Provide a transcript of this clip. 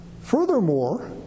Furthermore